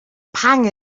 pang